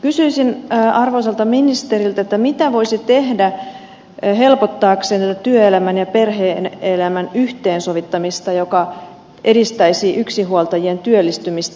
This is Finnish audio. kysyisin arvoisalta ministeriltä mitä voisi tehdä helpottaaksemme työelämän ja perhe elämän yhteensovittamista joka edistäisi yksinhuoltajien työllistymistä